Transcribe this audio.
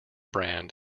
brand